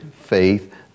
faith